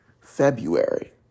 February